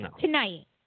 Tonight